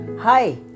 Hi